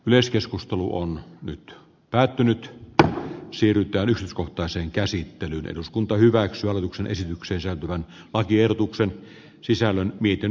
yleiskeskustelu on nyt päättynyt että siirrytään kohtaiseen käsittelyyn eduskunta hyväksy hallituksen esityksessä tuvan patiedotuksen sisällön miten